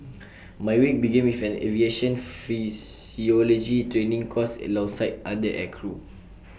my week began with an aviation physiology training course alongside other aircrew